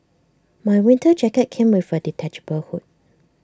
my winter jacket came with A detachable hood